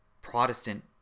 Protestant